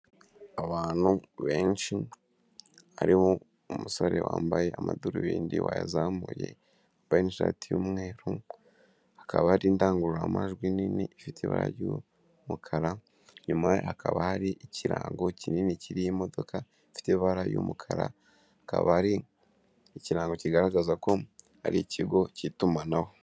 Abantu benshi, harimo umusore wambaye amadarubindi wayazamuye, wambaye n'ishati y'umweru, hakaba hari indangururamajwi nini ifite ibara ry'umukara, inyuma ye hakaba hari ikirango kinini kiriho imodoka ifite ibara ry'umukara, akaba ari ikirango kigaragaza ko ari ikigo cy'itumanaho.